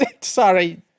Sorry